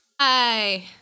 Hi